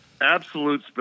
Absolute